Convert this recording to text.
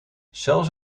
zelfs